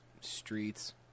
streets